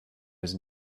was